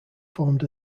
formed